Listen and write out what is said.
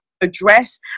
address